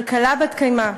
כלכלה בת-קיימא,